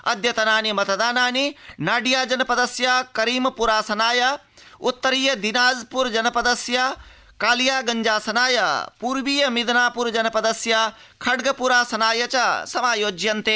अद्यतनानि मतदानानि नाडिया जनपदस्य करीमप्रासनाय उत्तरीय दीनाजप्र जनपदस्य कालियागंजासनाय पूर्वीय मिदनापुर जनपदस्य खड्गपुरासनाय च समायोज्यन्ते